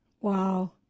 Wow